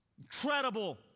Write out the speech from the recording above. incredible